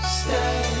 stay